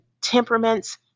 temperaments